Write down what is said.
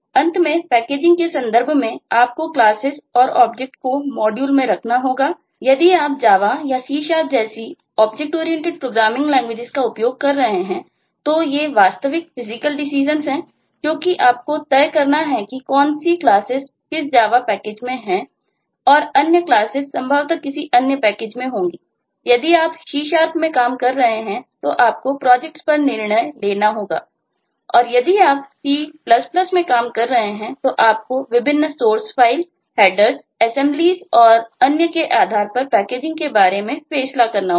अंत में पैकेजिंग असेंबलियों और अन्य के आधार पर पैकेजिंग के बारे में फैसला करना होगा